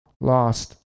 lost